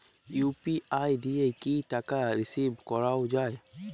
UPI দিয়ে কি টাকা রিসিভ করাও য়ায়?